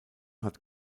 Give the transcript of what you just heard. hat